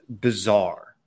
Bizarre